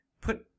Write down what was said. put